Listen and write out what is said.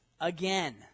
Again